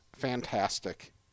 fantastic